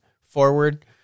forward